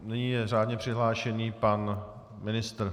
Nyní je řádně přihlášen pan ministr.